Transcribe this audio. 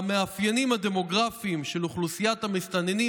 המאפיינים הדמוגרפיים של אוכלוסיית המסתננים,